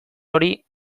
hori